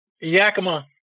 Yakima